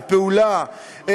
לפעולה,